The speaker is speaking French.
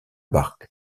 bach